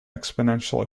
exponential